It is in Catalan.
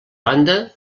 banda